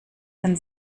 denn